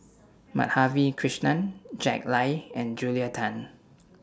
Madhavi Krishnan Jack Lai and Julia Tan